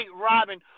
Robin